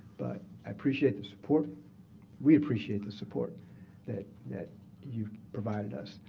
but i appreciate the support we appreciate the support that that you've provided us.